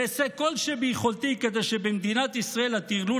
ואעשה כל שביכולתי כדי שבמדינת ישראל הטרלול